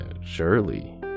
Surely